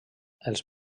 els